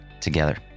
together